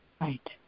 Right